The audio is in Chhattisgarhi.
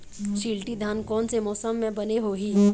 शिल्टी धान कोन से मौसम मे बने होही?